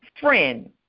Friend